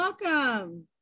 welcome